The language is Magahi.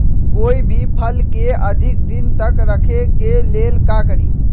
कोई भी फल के अधिक दिन तक रखे के लेल का करी?